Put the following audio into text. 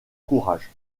courage